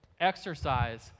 Exercise